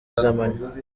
z’amanywa